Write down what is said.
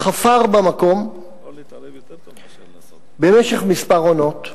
חפר במקום במשך כמה עונות,